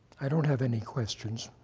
i don't have any questions.